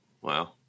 Wow